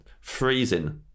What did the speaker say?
freezing